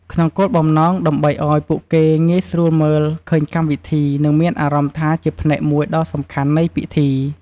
ក្នុងគោលបំណង ដើម្បីឲ្យពួកគេងាយស្រួលមើលឃើញកម្មវិធី និងមានអារម្មណ៍ថាជាផ្នែកមួយដ៏សំខាន់នៃពិធី។